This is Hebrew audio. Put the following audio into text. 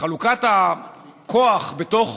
חלוקת הכוח בתוך